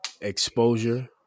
exposure